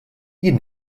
jien